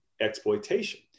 exploitation